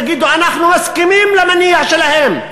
יגידו: אנחנו מסכימים למניע שלהם.